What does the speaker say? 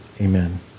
Amen